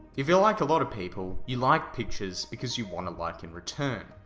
if you're like a lot of people, you like pictures because you want a like in return